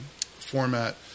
format